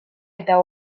eta